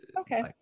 Okay